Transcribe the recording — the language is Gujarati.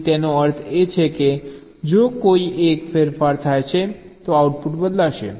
તેથી એનો અર્થ એ છે કે જો કોઈ એક ફેરફાર થાય છે તો આઉટપુટ બદલાશે